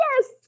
yes